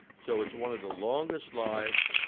so it's one of the longest lived